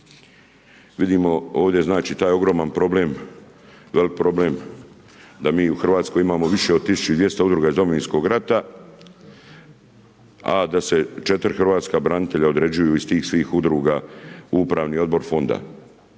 Vidimo ovdje znači taj ogroman problem, veliki problem, da mi u Hrvatskoj imamo više od 1200 udruga iz Domovinskog rata, a da se 4 hrvatskih branitelja, određuju iz tih svih udruga u upravni odbor fonda.